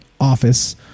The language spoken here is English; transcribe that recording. office